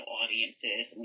audiences